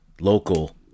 local